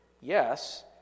yes